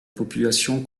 population